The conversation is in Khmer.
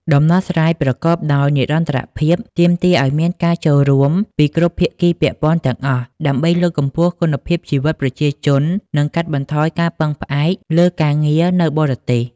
ដំណោះស្រាយប្រកបដោយនិរន្តរភាពទាមទារឱ្យមានការចូលរួមពីគ្រប់ភាគីពាក់ព័ន្ធទាំងអស់ ដើម្បីលើកកម្ពស់គុណភាពជីវិតប្រជាជននិងកាត់បន្ថយការពឹងផ្អែកលើការងារនៅបរទេស។